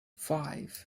five